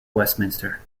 westminster